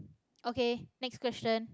okay next question